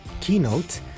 keynote